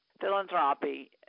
Philanthropy